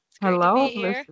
Hello